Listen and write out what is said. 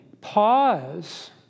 Pause